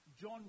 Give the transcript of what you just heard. John